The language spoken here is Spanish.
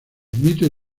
mitos